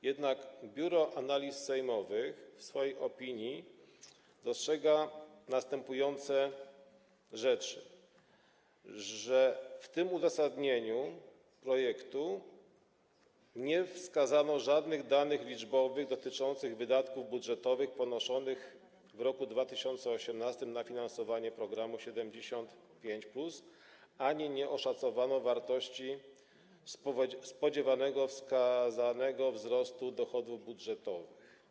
Jednak Biuro Analiz Sejmowych w swojej opinii dostrzega następujące rzeczy: w uzasadnieniu projektu nie wskazano żadnych danych liczbowych dotyczących wydatków budżetowych ponoszonych w roku 2018 na finansowanie programu 75+ ani nie oszacowano wartości spodziewanego wskazanego wzrostu dochodów budżetowych.